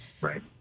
right